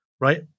right